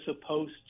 supposed